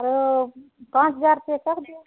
और पाँच हज़ार रुपये कर दिया